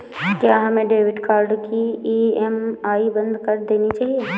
क्या हमें credit card की ई.एम.आई बंद कर देनी चाहिए?